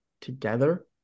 together